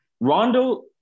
Rondo